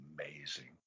amazing